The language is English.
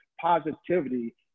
positivity